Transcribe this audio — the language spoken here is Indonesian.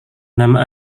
nama